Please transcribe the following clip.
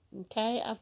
okay